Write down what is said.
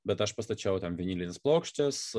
bet aš pastačiau ten vinilines plokštes